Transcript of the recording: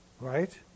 Right